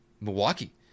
Milwaukee